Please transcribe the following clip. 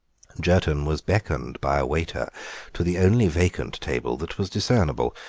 jerton was beckoned by a waiter to the only vacant table that was discernible,